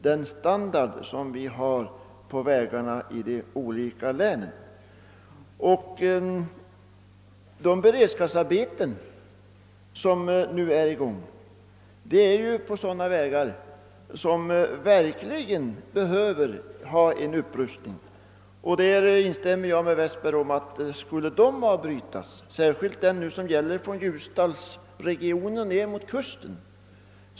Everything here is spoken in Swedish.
De beredskapsarbeten som nu pågår förekommer på sådana vägar som är i stort behov av att rustas upp. Jag instämmer helt med herr Westberg i Ljusdal om att för den händelse de beredskapsarbetena avbrytes, exempelvis på sträckan Ljusdal—Delsbo, skulle detta vara högst beklagligt, särskilt när det gäller den vägen från Ljusdalsregionen ner mot kusten.